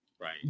right